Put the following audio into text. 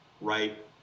right